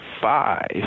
five